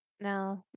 No